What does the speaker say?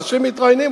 אנשים מתראיינים,